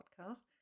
podcast